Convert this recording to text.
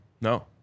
No